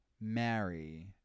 marry